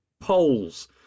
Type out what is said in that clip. Polls